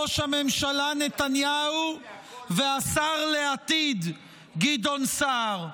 ראש הממשלה נתניהו והשר לעתיד גדעון סער.